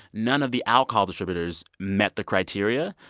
none of the alcohol distributors met the criteria.